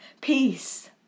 Peace